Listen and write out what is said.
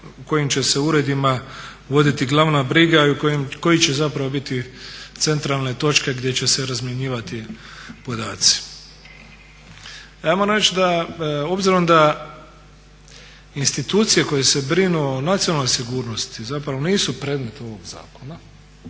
u kojim će se uredima voditi glavna briga i koje će zapravo biti centralne točke gdje će se razmjenjivati podaci. Ajmo naći da, obzirom da institucije koje se brinu o nacionalnoj sigurnosti zapravo nisu predmet ovog zakona.